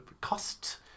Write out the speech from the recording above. cost